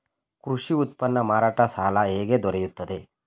ಕೃಷಿ ಉತ್ಪನ್ನ ಮಾರಾಟ ಸಾಲ ಹೇಗೆ ದೊರೆಯುತ್ತದೆ?